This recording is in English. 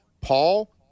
Paul